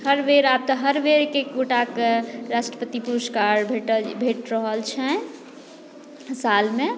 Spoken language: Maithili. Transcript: हर बेर आब तऽ हर बेर एक गोटाके राष्ट्रपति पुरष्कार भेटल भेट रहल छनि सालमे